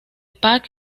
pack